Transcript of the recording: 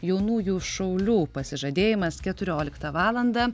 jaunųjų šaulių pasižadėjimas keturioliktą valandą